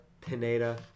Pineda